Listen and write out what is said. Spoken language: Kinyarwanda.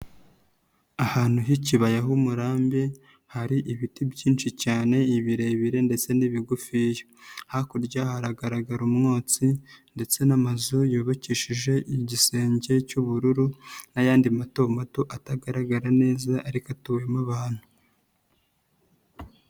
Ahantu h'ikibaya h'umurambi hari ibiti byinshi cyane ibirebire ndetse n'ibigufiya hakurya haragaragara umwotsi ndetse n'amazu yubakishije igisenge cy'ubururu n'ayandi mato mato atagaragara neza ariko atuwemo abantu.